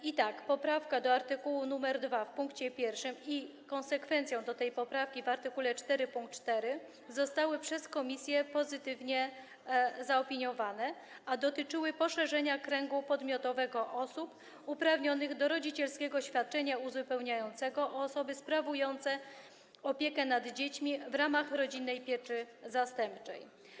I tak, poprawka do art. 2 pkt 1 i konsekwencja tej poprawki - do art. 4 pkt 4 zostały przez komisję pozytywnie zaopiniowane, a dotyczą poszerzenia kręgu podmiotowego osób uprawnionych do rodzicielskiego świadczenia uzupełniającego o osoby sprawujące opiekę nad dziećmi w ramach rodzinnej pieczy zastępczej.